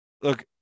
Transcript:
look